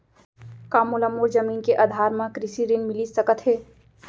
का मोला मोर जमीन के आधार म कृषि ऋण मिलिस सकत हे?